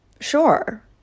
Sure